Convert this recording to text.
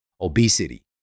obesity